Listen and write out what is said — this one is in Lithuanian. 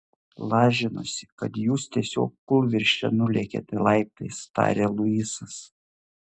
lažinuosi kad jūs tiesiog kūlvirsčia nulėkėte laiptais tarė luisas